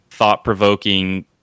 thought-provoking